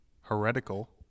heretical